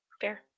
Fair